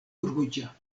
ruĝa